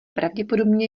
pravděpodobně